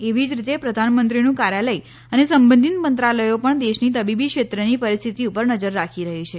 એવી જ રીતે પ્રધાનમંત્રીનું કાર્યાલય અને સંબંધીત મંત્રાલયો પણ દેશની તબિબિ ક્ષેત્રની પરિસ્થિતિ ઉપર નજર રાખી રહી છે